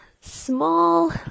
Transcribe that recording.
small